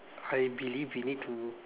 I believe we need to